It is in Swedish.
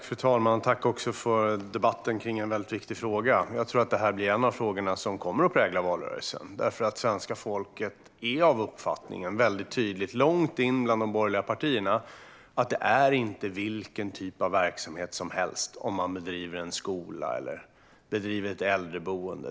Fru talman! Tack också för debatten om en väldigt viktig fråga! Jag tror att detta blir en av frågorna som kommer att prägla valrörelsen. Svenska folket - även bland de borgerliga partierna - är av uppfattningen att det inte är vilken typ av verksamhet som helst om man driver en skola eller ett äldreboende.